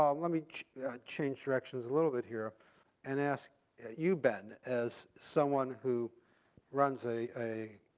um let me change directions a little bit here and ask you ben, as someone who runs a a